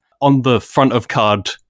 on-the-front-of-card